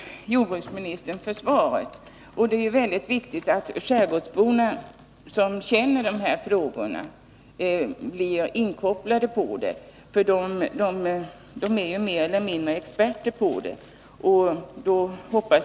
Herr talman! Jag får än en gång tacka jordbruksministern för svaret. Det är väldigt viktigt att skärgårdsborna blir inkopplade. De känner dessa frågor och är mer eller mindre experter på dem.